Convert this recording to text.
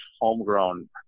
homegrown